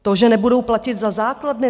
To, že nebudou platit za základny?